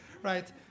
Right